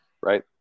right